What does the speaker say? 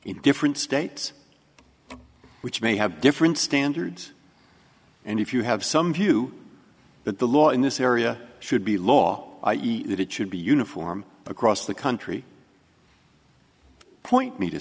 in different states which may have different standards and if you have some view that the law in this area should be law that it should be uniform across the country point me to